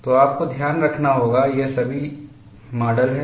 तो आपको ध्यान रखना होगा ये सभी माडल हैं